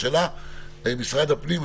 משרד הפנים,